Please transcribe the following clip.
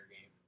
game